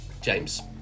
James